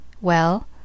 Well